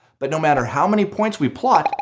but no matter how many points we plot,